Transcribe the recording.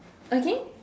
again